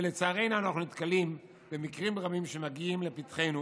לצערי, אנחנו נתקלים במקרים רבים שמגיעים לפתחנו